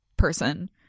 person